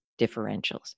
differentials